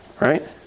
Right